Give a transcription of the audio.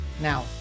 Now